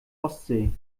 ostsee